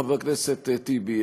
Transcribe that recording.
חבר הכנסת טיבי,